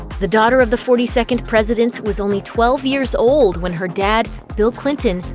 the daughter of the forty second president was only twelve years old when her dad, bill clinton,